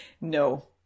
No